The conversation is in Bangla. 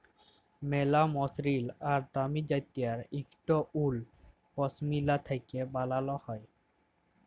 ম্যালা মসরিল আর দামি জ্যাত্যের ইকট উল পশমিলা থ্যাকে বালাল হ্যয়